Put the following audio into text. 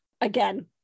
Again